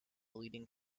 leading